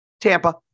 Tampa